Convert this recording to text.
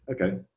Okay